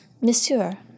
Monsieur